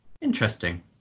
interesting